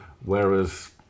whereas